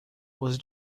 was